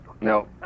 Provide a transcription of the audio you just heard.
No